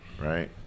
right